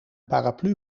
paraplu